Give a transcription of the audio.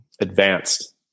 advanced